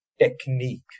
Technique